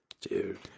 dude